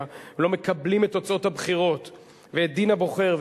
לא מקבלים את תוצאות הבחירות ואת דין הבוחר,